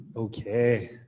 Okay